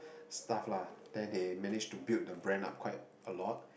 stuff lah then they managed to build the brand up quite a lot